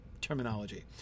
terminology